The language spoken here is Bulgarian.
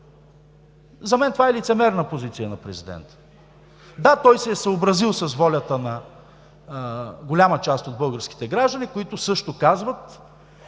За мен това е лицемерна позиция на президента. Да, той се е съобразил с волята на голяма част от българските граждани, които също казват,